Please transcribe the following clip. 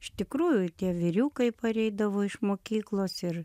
iš tikrųjų tie vyriukai pareidavo iš mokyklos ir